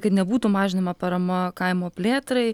kad nebūtų mažinama parama kaimo plėtrai